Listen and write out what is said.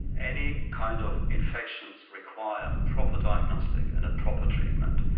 any kind of infections require a proper diagnostic and a proper treatment.